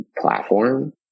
platform